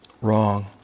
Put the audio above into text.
wrong